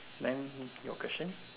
then your question